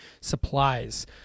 supplies